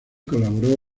colaboró